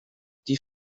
die